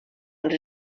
als